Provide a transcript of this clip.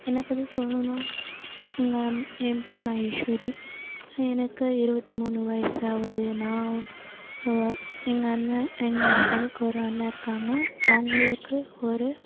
என்னைப் பற்றி சொல்ணுன்னால் எங்கள் என் பேர் மகேஷ்வரி எனக்கு இருபத்தி மூணு வயசு ஆகுது நான் எங்கள் அண்ணன் எங்கள் எனக்கு ஒரு அண்ணன் இருக்காங்க அவங்களுக்கு ஒரு